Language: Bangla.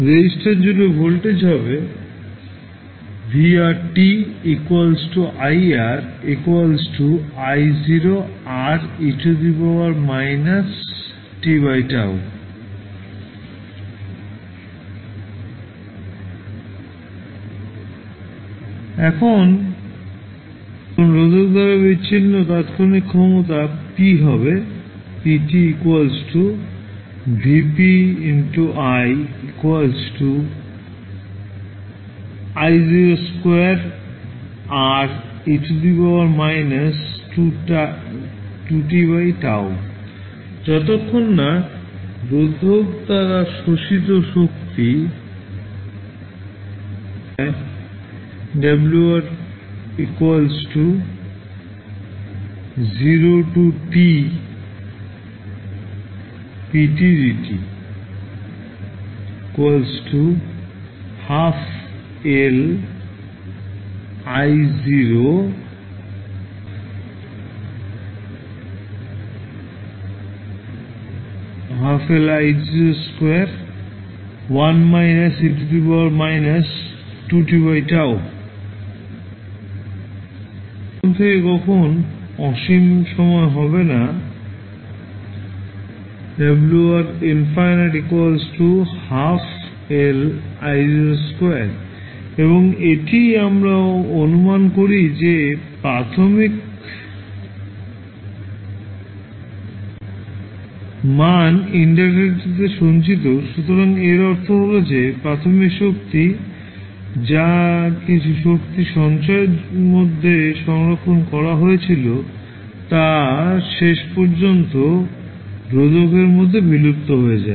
রেজিস্টার জুড়ে ভোল্টেজ হবে v iR I Re−tτ এখন রোধকের দ্বারা বিচ্ছিন্ন তাত্ক্ষণিক ক্ষমতা p হবে p v i I 2Re−2tτ যতক্ষণ না রোধকের দ্বারা শোষিত শক্তি হয় t 1 w pdt LI 2 1− e−2tτ R ∫0 2 0 এই সমীকরণ থেকে কখন অসীম সময় হবে না w ∞ 1 2LI 2 এবং এটিই আমরা অনুমান করি যে প্রাথমিক মাণ ইন্ডাক্টারটিতে সঞ্চিত সুতরাং এর অর্থ হল যে প্রাথমিক শক্তি যা কিছু শক্তি সঞ্চয়ের মধ্যে সংরক্ষণ করা হয়েছিল তা শেষ পর্যন্ত রোধকের মধ্যে বিলুপ্ত হয়ে যায়